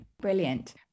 Brilliant